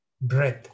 breath